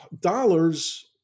Dollars